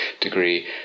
degree